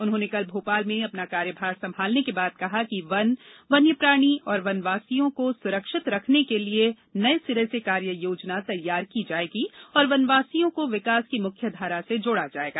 उन्होंने कल भोपाल में अपना कार्यभार संभालने के बाद कहा कि वन वन्य प्राणी और वनवासियों को सुरक्षित रखने के लिए नये सिरे से कार्ययोजना तैयार की जायेगी और वनवासियों को विकास की मुख्य धारा से जोड़ा जायेगा